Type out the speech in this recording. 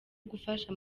gufasha